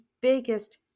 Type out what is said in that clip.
biggest